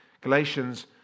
Galatians